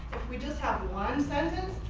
we just have one sentence,